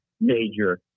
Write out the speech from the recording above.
major